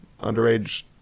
underage